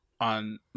on